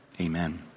Amen